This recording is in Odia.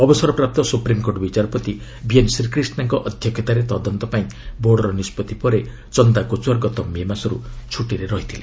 ଅବସରପ୍ରାପ୍ତ ସୁପ୍ରିମ୍କୋର୍ଟ ବିଚାରପତି ବିଏନ୍ ଶ୍ରୀକ୍ରିଷ୍ଣାଙ୍କ ଅଧ୍ୟକ୍ଷତାରେ ତଦନ୍ତ ପାଇଁ ବୋର୍ଡର ନିଷ୍ପଭି ପରେ ଚନ୍ଦା କୋଚର ଗତ ମେ ମାସରୁ ଛୁଟିରେ ଥିଲେ